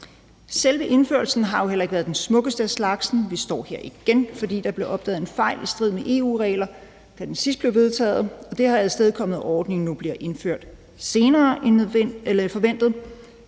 Selve indførelsen har jo heller ikke været den smukkeste af slagsen. Vi står her igen, fordi der blev opdaget en fejl i strid med EU-regler, da den sidst blev vedtaget, og det har afstedkommet, at ordningen nu bliver indført senere end forventet,